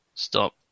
Stop